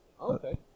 Okay